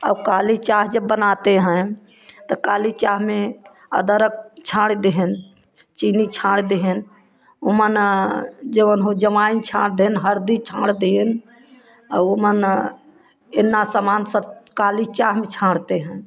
और काली चाह जब बनाते हैं तो काली चाह में अदरक छाँड़ दिहिन चीनी छाँड़ दिहिन ओमा ना जौन हो अजवाइन छाँड़ दिहिन हल्दी छाँड़ दिहिन अऊ ओमा न इतना समान सब काली चाह में छाँड़ते हैं